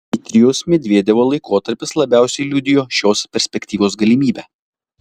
dmitrijaus medvedevo laikotarpis labiausiai liudijo šios perspektyvos galimybę